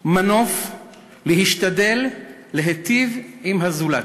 מנוף להשתדל להיטיב עם הזולת,